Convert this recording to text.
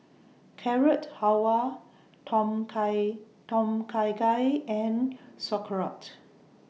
Carrot Halwa Tom Kha Tom Kha Gai and Sauerkraut